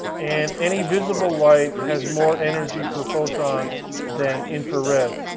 and any visible light has more energy per photon than infrared.